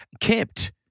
kept